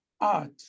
art